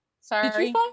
sorry